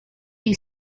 you